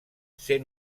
ser